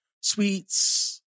sweets